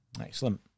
Excellent